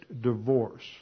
divorce